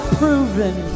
proven